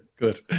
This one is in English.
good